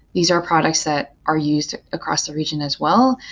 these are products that are used across the region as wel